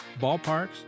ballparks